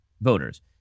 voters